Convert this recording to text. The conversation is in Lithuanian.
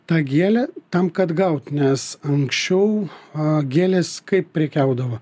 tą gėlę tam kad gaut nes anksčiau a gėlės kaip prekiaudavo